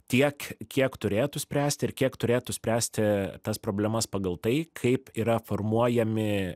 tiek kiek turėtų spręsti ir kiek turėtų spręsti tas problemas pagal tai kaip yra formuojami